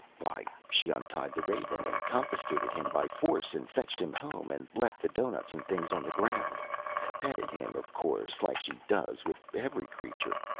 why, she untied the raven and confiscated him by force and fetched him home, and left the doughnuts and things on the ground petted him, of course, like she does with every creature.